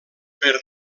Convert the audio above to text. per